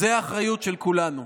זו האחריות של כולנו.